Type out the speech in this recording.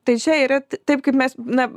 tai čia yra taip kaip mes na